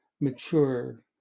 mature